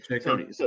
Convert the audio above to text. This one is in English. Tony